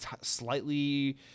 slightly